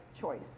choice